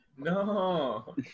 No